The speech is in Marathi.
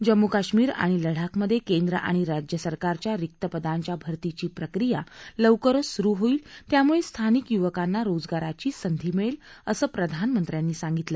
जम्मू कश्मीर आणि लडाखमधकेंद्र आणि राज्यसरकारच्या रिक्त पदांच्या भर्तीची प्रक्रिया लवरच सुरु होईल त्यामुळस्थिानिक युवकांना रोजगाराची संधी मिळव्वा असं प्रधानमंत्र्यांनी सांगितलं